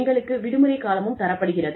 எங்களுக்கு விடுமுறைக் காலமும் தரப்படுகிறது